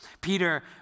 Peter